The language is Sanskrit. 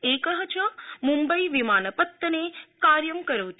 एकश्च मुम्बई विमानपत्तने कार्य करोति